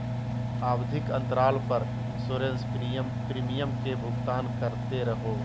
आवधिक अंतराल पर इंसोरेंस प्रीमियम के भुगतान करते रहो